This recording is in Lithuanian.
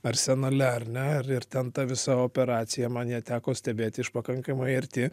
arsenale ar ne ir ten ta visa operacija man ją teko stebėti iš pakankamai arti